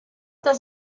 does